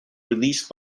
released